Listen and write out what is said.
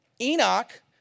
Enoch